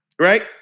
right